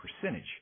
percentage